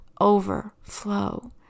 overflow